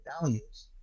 values